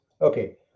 Okay